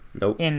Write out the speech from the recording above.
Nope